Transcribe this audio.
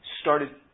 started